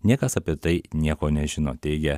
niekas apie tai nieko nežino teigia